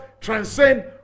transcend